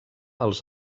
els